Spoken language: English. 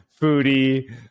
foodie